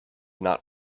not